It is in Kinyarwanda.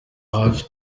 hafi